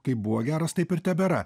kaip buvo geras taip ir tebėra